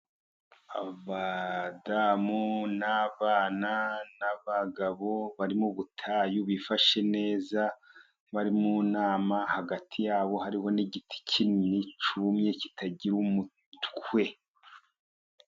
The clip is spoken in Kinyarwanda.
Abadamu, n'abana n'abagabo bari mu butayu bifashe neza, bari mu nama, hagati yabo hariho n'igiti kinini cyumye kitagira umutwe.